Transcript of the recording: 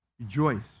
Rejoice